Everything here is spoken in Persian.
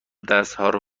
دستهارو